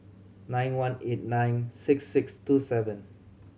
nine one eight nine six six two seven